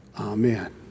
Amen